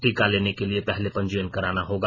टीका लेने के लिए पहले पंजीयन कराना होगा